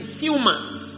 humans